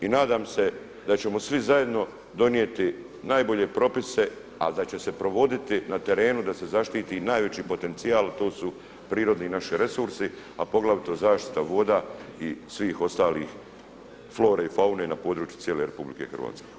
I nadam se da ćemo svi zajedno donijeti najbolje propise, ali da će se provoditi na terenu da se zaštiti najveći potencijal, to su prirodni naši resursi, a poglavito zaštita voda i svih ostalih flore i faune na području cijele RH.